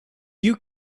you